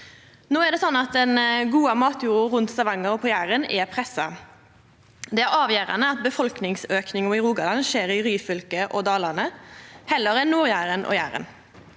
No er det sånn at den gode matjorda rundt Stavanger og på Jæren er pressa. Det er avgjerande at befolkningsauken i Rogaland skjer i Ryfylke og Dalane, heller enn på Nord-Jæren og Jæren.